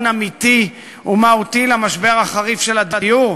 אמיתי ומהותי למשבר החריף של הדיור?